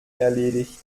erledigt